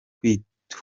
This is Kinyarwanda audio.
kwihuta